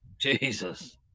Jesus